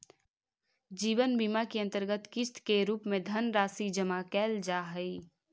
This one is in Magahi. जीवन बीमा के अंतर्गत किस्त के रूप में धनराशि जमा कैल जा हई